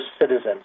citizens